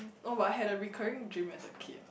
oh but I had a recurring dream as a kid